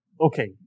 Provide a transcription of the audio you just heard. okay